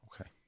Okay